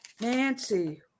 Nancy